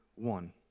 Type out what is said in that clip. One